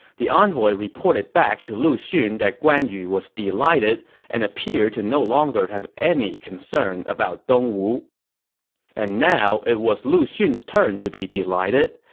the envoy reported back to lu xun that guan yu was delighted and appeared to no longer have any concerns about dongwu and now it was lu xun's turn to be delighted.